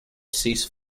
cease